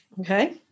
Okay